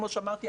כמו שאמרתי,